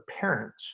parents